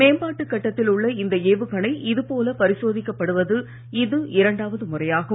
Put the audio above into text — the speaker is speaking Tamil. மேம்பாட்டு கட்டத்தில் உள்ள இந்த ஏவுகணை இதுபோல பரிசோதிக்கப் படுவது இது இரண்டாவது முறையாகும்